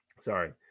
Sorry